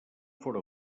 fóra